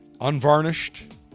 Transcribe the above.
unvarnished